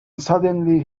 suddenly